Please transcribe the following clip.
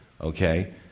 okay